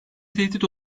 tehdit